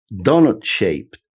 donut-shaped